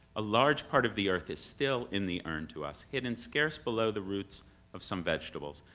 a large part of the earth is still in the urn to us, hidden scarce below the roots of some vegetables,